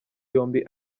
yombi